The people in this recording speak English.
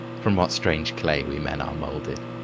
from what strange clay we men are moulded!